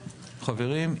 חברים,